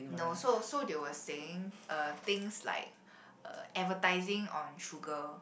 no so so they were saying uh things like uh advertising on sugar